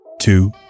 two